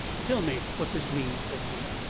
tell me what this means, said he,